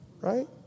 Right